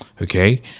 Okay